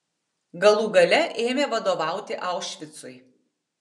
galų gale ėmė vadovauti aušvicui